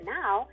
now